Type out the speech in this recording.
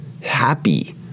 happy